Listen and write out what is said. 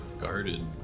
guarded